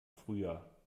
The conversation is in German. früher